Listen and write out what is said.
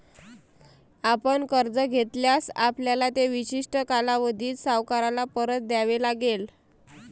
आपण कर्ज घेतल्यास, आपल्याला ते विशिष्ट कालावधीत सावकाराला परत द्यावे लागेल